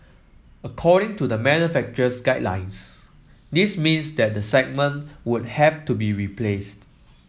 according to the manufacturer's guidelines this means that the segment would have to be replaced